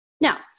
Now